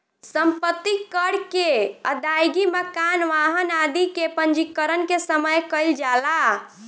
सम्पत्ति कर के अदायगी मकान, वाहन आदि के पंजीकरण के समय कईल जाला